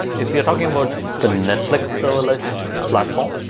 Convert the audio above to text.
if you're talking about the netflix serverless platform,